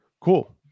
Cool